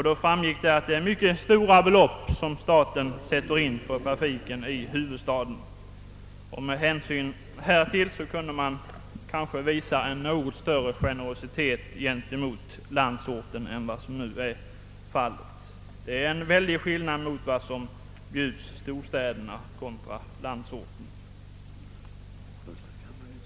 Då framgick det att staten satsar mycket stora belopp på trafiken i huvudstaden. Med tanke härpå kunde man kanske visa en något större generositet gentemot landsorten än vad som nu är fallet. Det är en oerhörd skillnad mellan vad som bjuds i storstäderna och vad landsorten får.